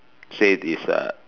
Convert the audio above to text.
say this uh